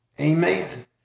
Amen